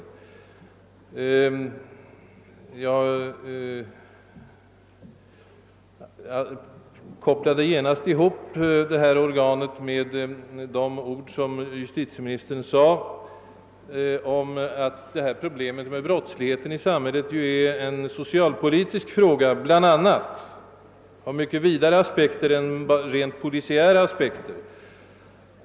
Jag kopplade nämligen genast ihop detta organs existens och promemorian med justitieministerns yttrande nyss att problemet med brottsligheten i samhället bl.a. är en socialpolitisk fråga med mycket vidare aspekter än den rent polisiära.